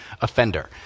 offender